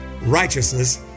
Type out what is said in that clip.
righteousness